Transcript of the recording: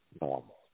normal